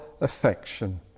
affection